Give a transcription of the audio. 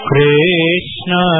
Krishna